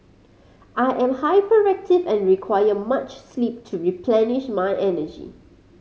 I am hyperactive and require much sleep to replenish my energy